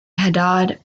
hadad